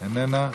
איננה,